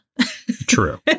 True